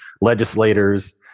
legislators